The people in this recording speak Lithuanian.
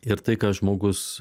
ir tai ką žmogus